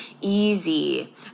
easy